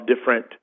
different